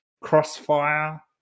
Crossfire